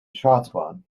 schaatsbaan